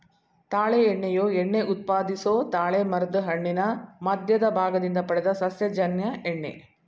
ತಾಳೆ ಎಣ್ಣೆಯು ಎಣ್ಣೆ ಉತ್ಪಾದಿಸೊ ತಾಳೆಮರದ್ ಹಣ್ಣಿನ ಮಧ್ಯದ ಭಾಗದಿಂದ ಪಡೆದ ಸಸ್ಯಜನ್ಯ ಎಣ್ಣೆ